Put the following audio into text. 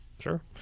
Sure